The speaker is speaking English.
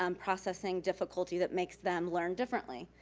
um processing difficulty that makes them learn differently.